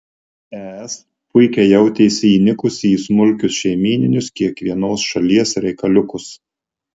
es puikiai jautėsi įnikusi į smulkius šeimyninius kiekvienos šalies reikaliukus